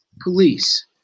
police